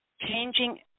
changing